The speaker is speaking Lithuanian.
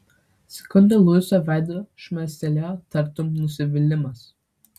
sekundę luiso veidu šmėstelėjo tartum nusivylimas